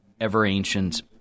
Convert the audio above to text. ever-ancient